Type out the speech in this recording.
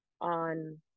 on